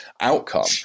outcome